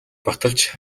баталж